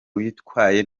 witwaye